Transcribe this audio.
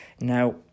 now